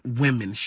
women